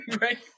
Right